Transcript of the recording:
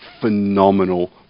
phenomenal